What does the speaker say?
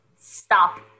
stop